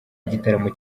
igitaramo